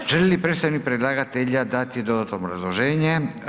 Želi li predstavnik predlagatelja dati dodatno obrazloženje?